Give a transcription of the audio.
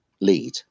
lead